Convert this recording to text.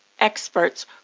experts